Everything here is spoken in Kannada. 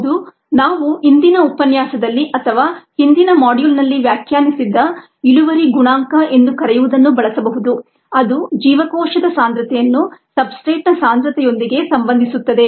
ಹೌದು ನಾವು ಹಿಂದಿನ ಉಪನ್ಯಾಸದಲ್ಲಿ ಅಥವಾ ಹಿಂದಿನ ಮಾಡ್ಯೂಲ್ನಲ್ಲಿ ವ್ಯಾಖ್ಯಾನಿಸಿದ್ದ ಇಳುವರಿ ಗುಣಾಂಕ ಎಂದು ಕರೆಯುವದನ್ನು ಬಳಸಬಹುದು ಅದು ಜೀವಕೋಶದ ಸಾಂದ್ರತೆಯನ್ನು ಸಬ್ಸ್ಟ್ರೇಟ್ನ ಸಾಂದ್ರತೆಯೊಂದಿಗೆ ಸಂಬಂಧಿಸುತ್ತದೆ